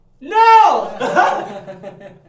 No